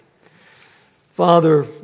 Father